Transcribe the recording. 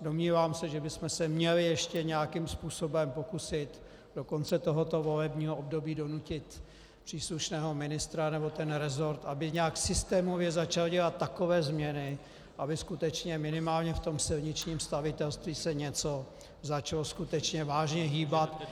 Domnívám se, že bychom se měli ještě nějakým způsobem pokusit do konce tohoto volebního období donutit příslušného ministra, nebo ten resort, aby nějak systémově začal dělat takové změny, aby skutečně minimálně v tom silničním stavitelství se něco začalo skutečně vážně hýbat,